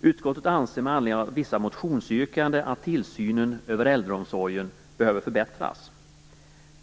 Utskottet anser med anledning av vissa motionsyrkanden att tillsynen över äldreomsorgen behöver förbättras.